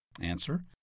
Answer